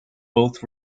both